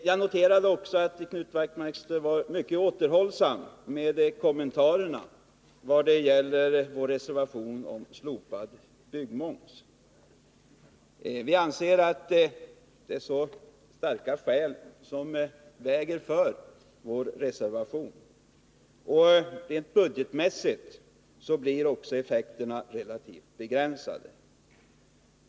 Jag noterade också att Knut Wachtmeister var mycket återhållsam med kommentarer till vår reservation om slopandet av byggmoms. Vi anser att det finns starka skäl för vår reservation. Rent budgetmässigt blir effekterna också relativt begränsade.